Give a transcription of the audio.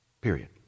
period